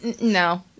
no